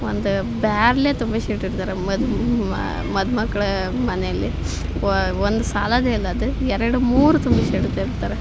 ಒಂದು ಬ್ಯಾರಲ್ಲೇ ತುಂಬಿಸಿ ಇಟ್ಟಿರ್ತಾರೆ ಮದು ಮದುಮಕ್ಕಳ ಮನೆಯಲ್ಲಿ ಒಂದು ಸಾಲೋದೇ ಇಲ್ಲ ಅದು ಎರಡು ಮೂರು ತುಂಬಿಸಿ ಇಟ್ಟಿರ್ತಾರೆ